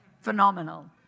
phenomenal